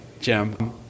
Jim